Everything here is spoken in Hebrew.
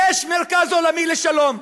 יש מרכז עולמי לשלום,